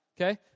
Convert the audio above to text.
Okay